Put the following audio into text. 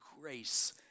grace